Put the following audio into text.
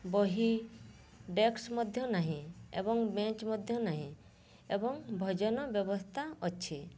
ବହି ଡେକ୍ସ୍ ମଧ୍ୟ ନାହିଁ ଏବଂ ବେଞ୍ଚ୍ ମଧ୍ୟ ନାହିଁ ଏବଂ ଭଜନ ବ୍ୟବସ୍ଥା ଅଛି